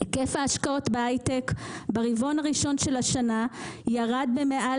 היקף ההשקעות בהייטק ברבעון הראשון של השנה ירד במעל